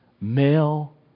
male